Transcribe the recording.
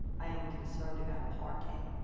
i am concerned about parking.